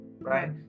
Right